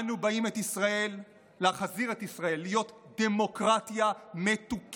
אנו באים להחזיר את ישראל להיות דמוקרטיה מתוקנת.